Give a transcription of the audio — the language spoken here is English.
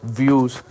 views